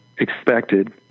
expected